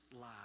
lie